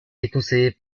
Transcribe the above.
déconseillée